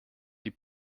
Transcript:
die